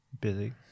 busy